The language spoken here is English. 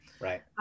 right